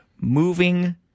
Moving